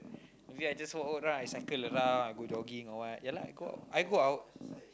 maybe I just walk around I cycle around I go jogging or what ya lah I go I go out